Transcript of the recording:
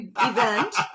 event